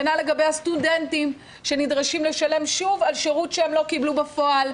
כנ"ל לגבי הסטודנטים שנדרשים שוב לשלם על שירות שהם לא קיבלו בפועל,